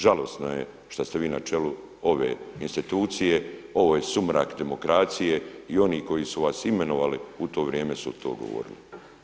Žalosno je šta ste vi na čelu ove institucije, ovo je sumrak demokracije i oni koji su vas imenovali u to vrijeme su to govorili.